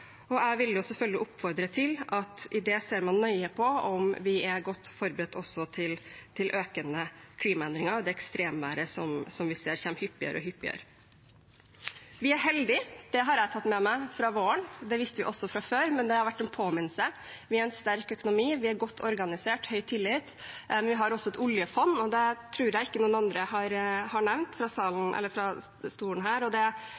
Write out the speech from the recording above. og jeg vil selvfølgelig oppfordre til at vi ser nøye på om vi er godt forberedt også på økende klimaendringer og det ekstremværet som vi ser kommer hyppigere og hyppigere. Vi er heldige, det har jeg tatt med meg fra våren. Det visste vi også fra før, men det har vært en påminnelse. Vi er en sterk økonomi, vi er godt organisert, høy tillit, men vi har også et oljefond. Det tror jeg ikke noen andre har nevnt fra denne talerstolen, og det